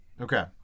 Okay